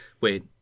Wait